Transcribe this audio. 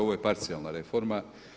Ovo je parcijalna reforma.